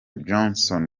johnson